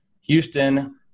Houston